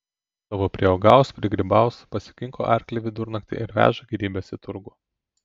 būdavo priuogaus prigrybaus pasikinko arklį vidurnaktį ir veža gėrybes į turgų